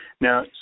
Now